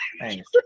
Thanks